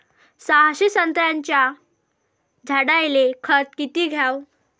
सहाशे संत्र्याच्या झाडायले खत किती घ्याव?